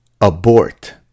abort